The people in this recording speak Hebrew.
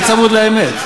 3.9%. תהיה צמוד לאמת.